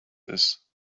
this